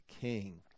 king